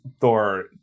Thor